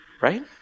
right